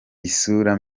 isura